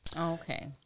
okay